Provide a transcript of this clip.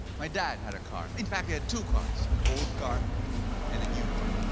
my dad had a car. in fact, he had two cars. an old car and a new car.